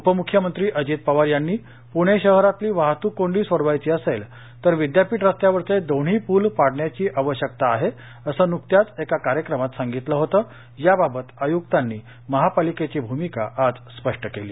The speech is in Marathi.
उपम्ख्यमंत्री अजित पवार यांनी पूणे शहरातली वाहतूक कोंडी सोडवायची असेल तर विद्यापीठ रस्त्यावरचे दोन्ही पुल पाडण्याची आवश्यकता आहे असं नुकत्याच एका कार्यक्रमात सांगितलं होतं याबाबत आयुक्तांनी महापालिकेची भूमिका आज स्पष्ट केली